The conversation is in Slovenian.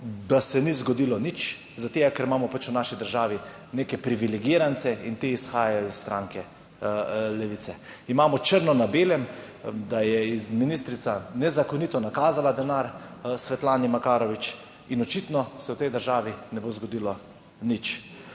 da se ni zgodilo nič, zaradi tega, ker imamo pač v naši državi neke privilegirance in ti izhajajo iz stranke Levice. Imamo črno na belem, da je ministrica nezakonito nakazala denar Svetlane Makarovič in očitno se v tej državi ne bo zgodilo nič.